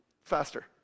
Faster